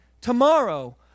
tomorrow